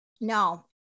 No